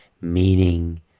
meaning